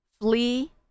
Flee